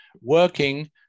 working